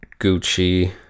Gucci